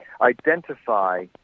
identify